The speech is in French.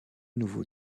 nouveaux